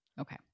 Okay